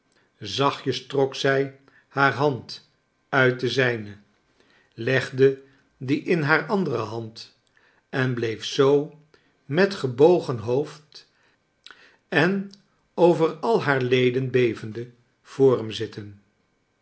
jes trok zij haar hand uit de zijne legde die in haar andere hand en bleef zoo met gebogen hoofd en over al haar leden bevende voor hem zitten